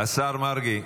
השר מרגי,